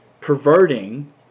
perverting